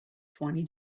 twenty